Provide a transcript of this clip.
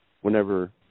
whenever